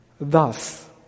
Thus